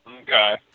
Okay